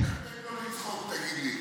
איך אתה מתאפק שלא לצחוק, תגיד לי?